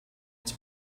its